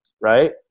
right